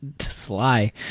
sly